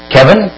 Kevin